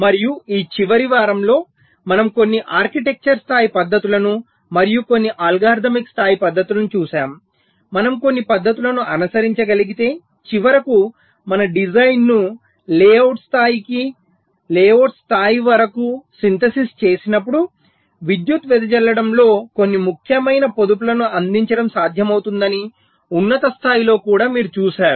మరియు ఈ చివరి వారంలో మనము కొన్ని ఆర్కిటెక్చర్ స్థాయి పద్ధతులను మరియు కొన్ని అల్గోరిథమిక్ స్థాయి పద్ధతులను చూశాము మనం కొన్ని పద్ధతులను అనుసరించగలిగితే చివరకు మన డిజైన్ను లేఅవుట్ స్థాయికి లేఅవుట్ స్థాయి వరకు సింథేసిస్ చేసినప్పుడు విద్యుత్తు వెదజల్లడంలో కొన్ని ముఖ్యమైన పొదుపులను అందించడం సాధ్యమవుతుందని ఉన్నత స్థాయిలో కూడా మీరు చూసారు